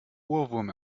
ohrwurm